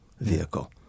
vehicle